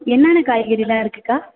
என்னென்ன காய்கறில்லாம் இருக்குதுக்கா